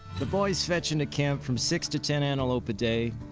the boys fetch into camp from six to ten antelope a day,